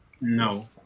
No